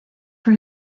for